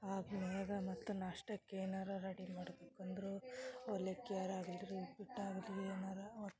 ಆದ್ಮ್ಯಾಗ ಮತ್ತು ನಾಷ್ಟಕ್ಕೆ ಏನಾರ ರೆಡಿ ಮಾಡ್ಬೇಕು ಅಂದರೂ ಅವಲಕ್ಕಿ ಅರ ಆಗಲಿ ಉಪ್ಪಿಟ್ಟು ಆಗಲಿ ಏನಾರ ಒಟ್ಟು